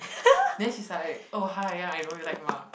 then she's like oh hi ya I know you like Mark